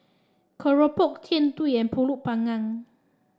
keropok Jian Dui and pulut panggang